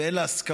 ואין בה הסכמות,